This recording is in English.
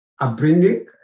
upbringing